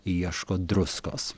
ieško druskos